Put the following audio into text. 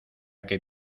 que